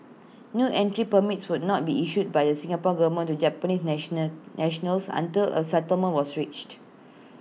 new entry permits would not be issued by the Singapore Government to Japanese nationals nationals until A settlement was reached